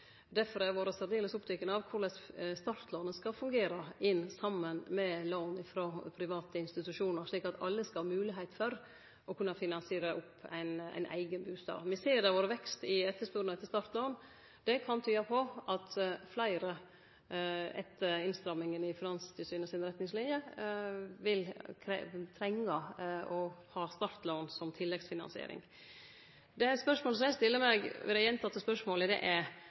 har eg vore særdeles oppteken av korleis startlånet skal fungere saman med lån frå private institusjonar, slik at alle skal ha moglegheit for å kunne finansiere ein eigen bustad. Me ser at det har vore vekst i etterspurnaden etter startlån. Det kan tyde på at etter innstramminga i Finanstilsynet sine retningsliner vil fleire trenge startlån som tilleggsfinansiering. Det spørsmålet som eg stiller meg ved det gjentekne spørsmålet er: